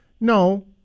No